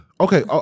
okay